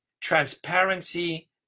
transparency